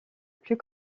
plus